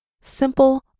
Simple